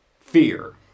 fear